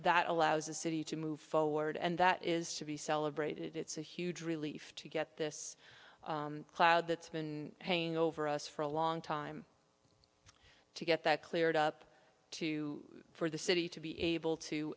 that allows a city to move forward and that is to be celebrated it's a huge relief to get this cloud that's been hanging over us for a long time to get that cleared up too for the city to be able to